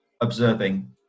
observing